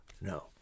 No